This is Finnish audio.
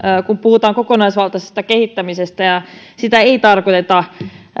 kun puhutaan kokonaisvaltaisesta kehittämisestä sitä ei tarkoiteta